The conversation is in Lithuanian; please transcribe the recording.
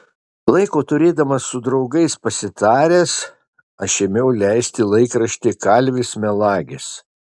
laiko turėdamas su draugais pasitaręs aš ėmiau leisti laikraštį kalvis melagis